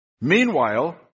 Meanwhile